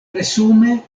resume